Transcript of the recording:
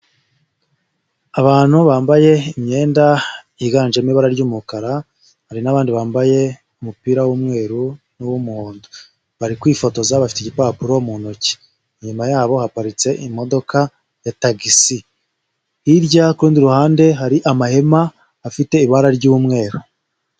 Abantu bambaye imyenda yiganjemo ibara ry'umukara, hari n'abandi bambaye umupira w'umweru n'uw'umuhondo, bari kwifotoza, bafite igipapuro mu ntoki. Inyuma yabo haparitse imodoka ya tagisi, hirya ku rundi ruhande hari amahema afite ibara ry'umweru.